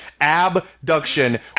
Abduction